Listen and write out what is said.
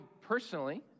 personally